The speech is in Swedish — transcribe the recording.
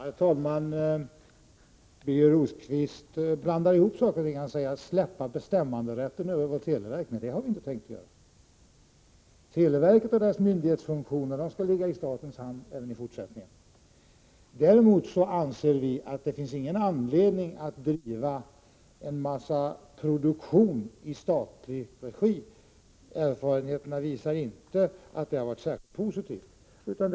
Herr talman! Birger Rosqvist blandar ihop saker och ting. Han säger att vi vill släppa bestämmanderätten över vårt televerk, men det har vi inte tänkt göra. Televerket och dess myndighetsfunktioner skall ligga i statens hand även i fortsättningen. Däremot anser vi att det inte finns någon anledning att bedriva en massa produktion i statlig regi. Erfarenheterna visar att det inte varit särskilt positivt.